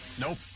Nope